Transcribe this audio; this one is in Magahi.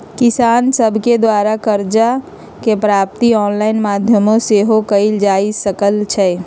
किसान सभके द्वारा करजा के प्राप्ति ऑनलाइन माध्यमो से सेहो कएल जा सकइ छै